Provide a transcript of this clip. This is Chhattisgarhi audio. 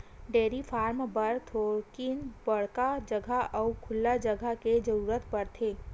डेयरी फारम बर थोकिन बड़का जघा अउ खुल्ला जघा के जरूरत परथे